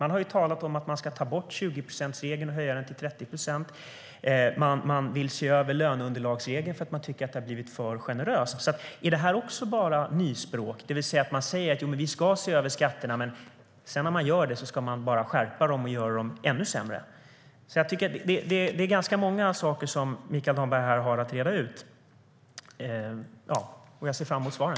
Man har talat om att man ska ta bort 20-procentsregeln och höja den till 30 procent. Man vill se över löneunderlagsregeln för att man tycker att det har blivit för generöst. Är detta också bara nyspråk? Man säger att man ska se över skatterna, men när man sedan gör det vill man bara skärpa dem och göra dem ännu sämre. Det är ganska många saker som Mikael Damberg har att reda ut. Jag ser fram emot svaren.